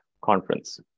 conference